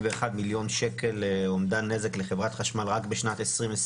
מליון ש"ח אומדן נזק לחברת חשמל רק בשנת 2020,